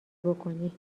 بکنی